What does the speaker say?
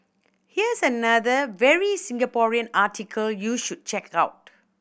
here's another very Singaporean article you should check out